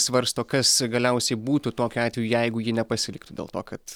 svarsto kas galiausiai būtų tokiu atveju jeigu ji nepasiliktų dėl to kad